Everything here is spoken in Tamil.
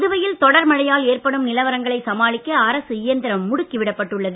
புதுவையில் தொடர் மழையால் ஏற்படும் நிலவரங்களை சமாளிக்க அரசு இயந்திரம் முடுக்கி விடப்பட்டு உள்ளது